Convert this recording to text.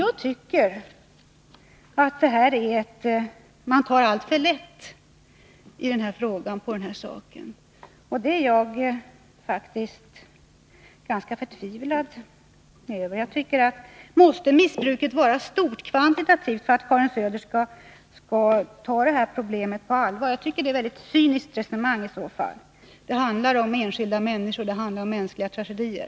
Jag tycker att man tar alltför lätt på den här frågan. Det är jag förtvivlad över. Måste missbruket vara stort, kvantitativt sett, för att Karin Söder skall ta detta problem på allvar? Jag tycker att det i så fall är ett väldigt cyniskt resonemang. Det handlar om enskilda människor, och det handlar om mänskliga tragedier.